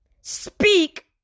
speak